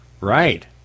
Right